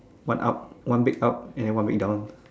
one up one big up and then one big down